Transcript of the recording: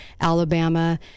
alabama